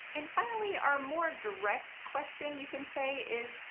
and finally, our more direct question you can say is,